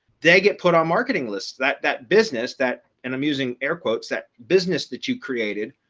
they get put on marketing lists that that business that and i'm using air quotes, that business that you created,